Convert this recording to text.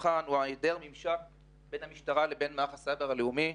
הוא היעדר ממשק בין המשטרה לבין מערך הסייבר הלאומי.